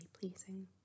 pleasing